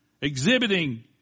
exhibiting